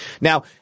Now